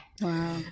Wow